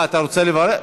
אתה רוצה לברך?